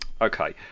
Okay